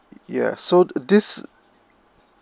ya so this